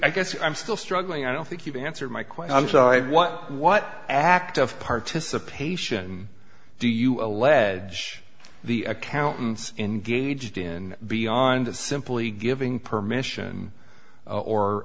i guess i'm still struggling i don't think you've answered my question i'm sorry what what active participation do you allege the accountants engaged in beyond simply giving permission or